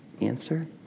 Answer